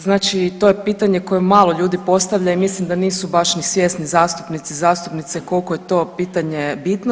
Znači to je pitanje koje malo ljudi postavlja i mislim da nisu baš n i svjesni zastupnici i zastupnice koliko je to pitanje bitno.